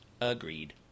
Agreed